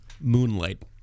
Moonlight